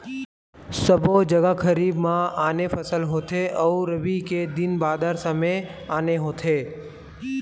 सबो जघा खरीफ म आने फसल होथे अउ रबी के दिन बादर समे आने होथे